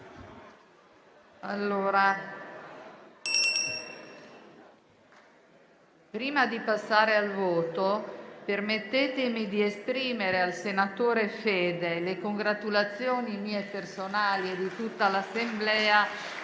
Prima di passare al voto, permettetemi di esprimere al senatore Fede le congratulazioni mie personali e di tutta l'Assemblea